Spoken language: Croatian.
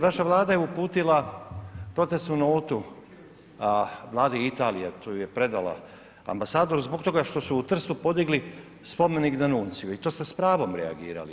Vaša Vlada je uputila protestnu notu vladi Italije, tu je predala ambasadoru zbog toga što su u Trstu podigli spomenik D'Annunziju i to ste s pravom reagirali.